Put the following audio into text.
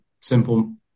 simple